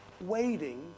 waiting